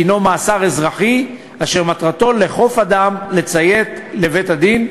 מאסר אזרחי אשר מטרתו לכוף אדם לציית לבית-הדין,